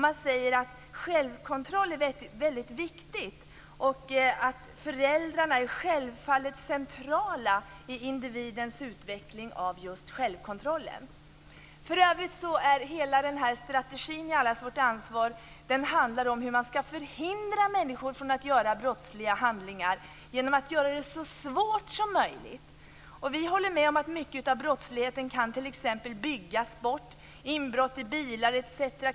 Man säger att det är väldigt viktigt med självkontroll och att föräldrarna självfallet är centrala i individens utveckling av just självkontrollen. För övrigt handlar strategin i Allas vårt ansvar om hur man skall förhindra människor från att begå brottsliga handlingar genom att göra det så svårt som möjligt. Vi håller med om att en stor del av brottsligheten t.ex. kan byggas bort. Inbrott i bilar etc.